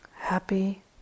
happy